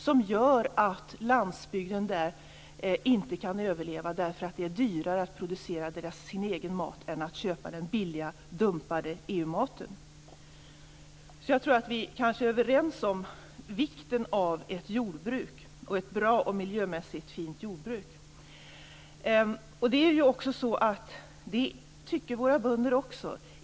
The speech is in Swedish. Det gör att landsbygden där inte kan överleva, eftersom det är dyrare att producera sin egen mat än att köpa billiga dumpade EU Jag tror att vi kanske är överens om vikten av ett jordbruk, och ett bra och miljömässigt fint sådant. Det tycker också våra bönder.